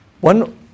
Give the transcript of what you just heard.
One